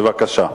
בבקשה.